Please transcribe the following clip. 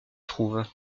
trouvent